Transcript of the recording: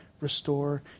restore